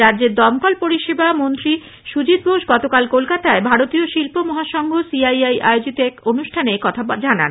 রাজ্যের দমকল পরিষেবা মন্ত্রী সুজিত বোস গতকাল কলকাতায় ভারতীয় শিল্প মহাসংঘ সিআইআই আয়োজিত এক অনুষ্ঠানে একথা জানান